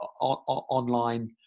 online